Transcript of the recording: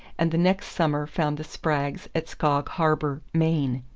and the next summer found the spraggs at skog harbour, maine.